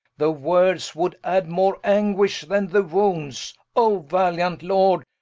the words would adde more anguish then the wounds. o valiant lord,